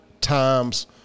times